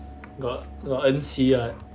got got enqi [what]